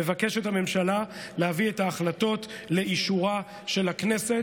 מבקשת הממשלה להביא את ההחלטות לאישורה של הכנסת.